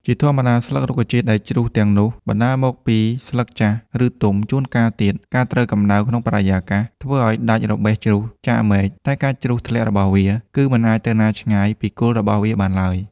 ជាធម្មតា ស្លឹករុក្ខជាតិដែលជ្រុះទាំងនោះ បណ្តាលមកពីស្លឹកចាស់ ឬទុំ ជួនកាលទៀត ការត្រូវកំដៅក្នុងបរិយាកាសធ្វើអោយដាច់របេះជ្រុះចាកមែកតែការជ្រុះធ្លាក់របស់វា គឺមិនអាចទៅណាឆ្ងាយពីគល់របស់វាបានឡើយ។